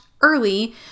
early